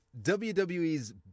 WWE's